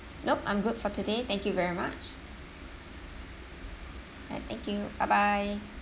nope I'm good for today thank you very much ya thank you bye bye